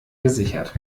gesichert